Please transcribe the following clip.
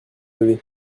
lever